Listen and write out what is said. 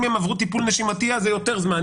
אם הם עברו טיפול נשימתי אז זה יותר זמן,